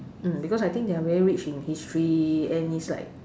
mm because I think they are very rich in history and is like